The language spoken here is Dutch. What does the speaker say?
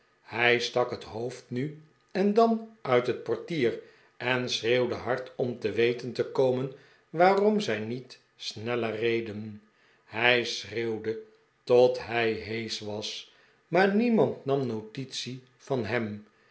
hij stak het hoofd nu en dan uit het portier en schreeuwde hard om te weten te komen waarom zij niet sneller reden hij schreeuwde tot hij heesch was maar niemand nam notitie van hem